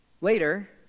Later